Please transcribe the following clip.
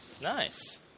nice